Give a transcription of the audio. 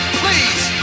please